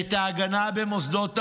את ההגנה במוסדות האו"ם,